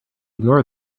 ignore